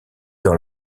dans